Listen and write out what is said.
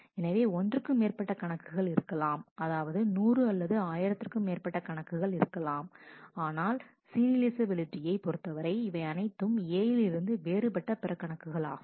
எனவே ஒன்றுக்கு மேற்பட்ட கணக்குகள் இருக்கலாம் அதாவது நூறு அல்லது ஆயிரத்திற்கும் மேற்பட்ட கணக்குகள் இருக்கலாம் ஆனால்சீரியலைஃசபிலிட்டி பொருத்தவரை இவை அனைத்தும் A லிருந்து வேறுபட்ட பிற கணக்குகள் ஆகும்